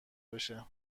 بشه